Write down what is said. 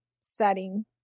setting